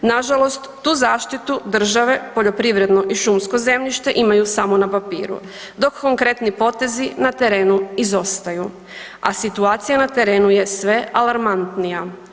Nažalost, tu zaštitu države poljoprivredno i šumsko zemljište imaju samo na papiru dok konkretni potezi na terenu izostaju, a situacija na terenu je sve alarmantnija.